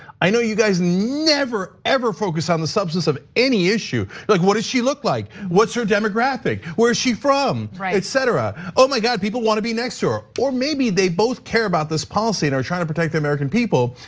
i know you guys never ever focus on the substance of any issue, like what does she look like? what's her demographic? big where she from? right. et cetera, my god, people want to be next to her. or maybe they both care about this policy and are trying to protect the american people.